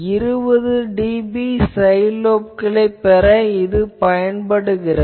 நாம் 20dB side லோப்களைப் பெறப் பயன்படுகிறது